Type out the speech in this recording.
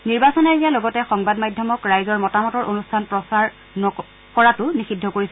নিৰ্বাচন আয়োগে লগতে সংবাদ মাধ্যমক ৰাইজৰ মতামত অনুষ্ঠান সম্প্ৰচাৰ কৰাটো নিষিদ্ধ কৰিছে